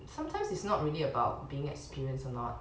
sometimes it's not really about being experienced or not